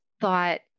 thought